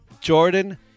Jordan